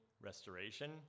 restoration